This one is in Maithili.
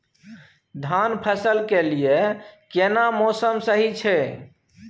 धान फसल के लिये केना मौसम सही छै?